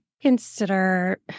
consider